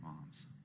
moms